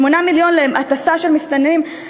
8 מיליון להטסה של מסתננים.